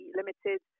limited